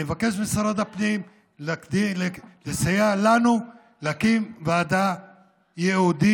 אני מבקש משרת הפנים לסייע לנו להקים ועדה ייעודית,